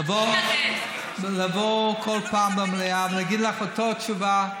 לבוא כל פעם למליאה ולהגיד את אותה התשובה?